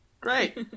Great